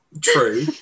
true